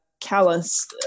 callous